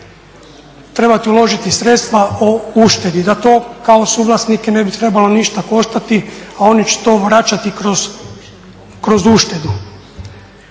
trebati uložiti sredstva o uštedi da to kao suvlasnike ne bi trebalo ništa koštati, a oni će to vraćati kroz uštedu.